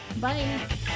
Bye